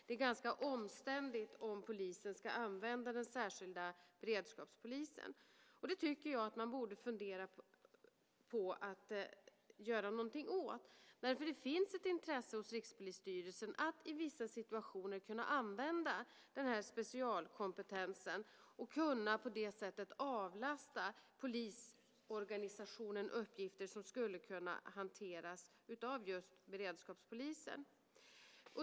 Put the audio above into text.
Det är ganska omständligt om polisen ska använda den särskilda beredskapspolisen. Man borde fundera på att göra något åt det, tycker jag. Det finns ett intresse hos Rikspolisstyrelsen att i vissa situationer kunna använda den här specialkompetensen och på det sättet avlasta polisorganisationen uppgifter som skulle kunna hanteras av beredskapspolisen.